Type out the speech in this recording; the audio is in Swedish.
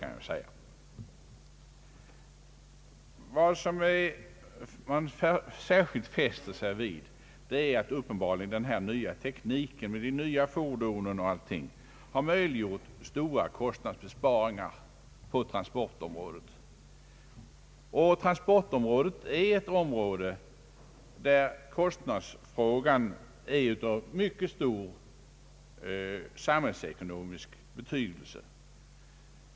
Den nya tekniken med dessa nya fordonstyper har uppenbarligen möjliggjort stora kostnadsbesparingar på transportområdet. Detta är ett område, där kostnadsfrågan är av mycket stor och växande samhällsekonomisk betydelse.